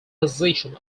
positions